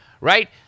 right